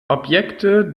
objekte